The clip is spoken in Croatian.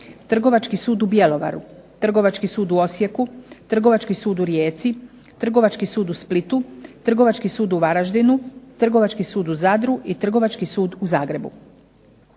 Trgovački sud u Bjelovaru, Trgovački sud u Osijeku, Trgovački sud u Rijeci, Trgovački sud u Splitu, Trgovački sud u Varaždinu, Trgovački sud u Zadru i Trgovački sud u Zagrebu.